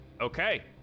okay